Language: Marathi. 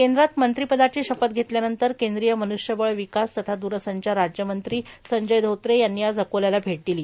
केंद्रात मंत्रिपदाची शपथ घेतल्यानंतर केंद्रीय मनुष्यबळ विकास तथा दूरसंचार राज्यमंत्री संजय धोत्रे यांनी आज अकोल्याला भेट दिली